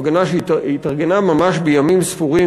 הפגנה שהתארגנה ממש בימים ספורים,